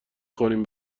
خوریم